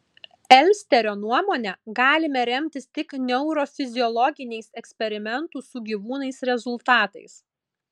elsterio nuomone galime remtis tik neurofiziologiniais eksperimentų su gyvūnais rezultatais